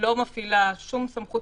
לא מפעילה שום סמכות